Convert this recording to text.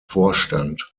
vorstand